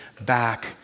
back